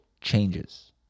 changes